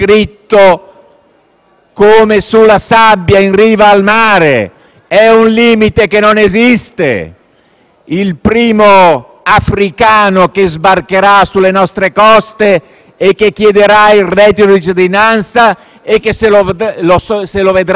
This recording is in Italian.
sulla sabbia in riva al mare; è un limite che non esiste. Il primo africano che sbarcherà sulle nostre coste, nel momento in cui chiederà il reddito di cittadinanza e se lo vedrà negare,